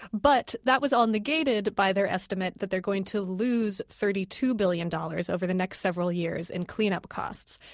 but that was all negated by their estimate that they're going to lose thirty two billion dollars over the next several years in clean up costs.